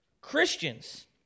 Christians